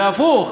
אלא הפוך,